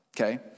Okay